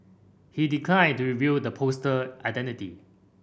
he declined to reveal the poster identity